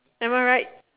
am I right